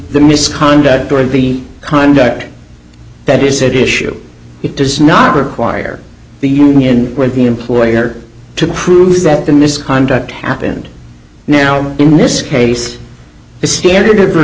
the misconduct or the conduct that is that issue it does not require the union where the employer to prove that the misconduct happened now in this case the standard